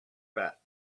that